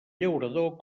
llaurador